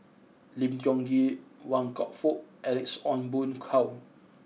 Lim Tiong Ghee Wan Kam Fook Alex Ong Boon Hau